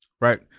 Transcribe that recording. Right